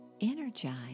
energize